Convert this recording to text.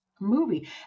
movie